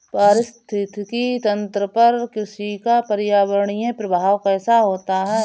पारिस्थितिकी तंत्र पर कृषि का पर्यावरणीय प्रभाव कैसा होता है?